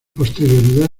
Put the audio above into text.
posterioridad